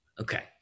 Okay